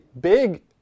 big